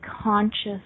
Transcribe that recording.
conscious